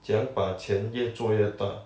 怎样把钱越做越大